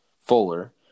Fuller